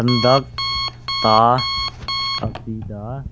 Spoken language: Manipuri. ꯍꯟꯗꯛ ꯊꯥ ꯑꯁꯤꯗ